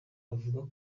avuga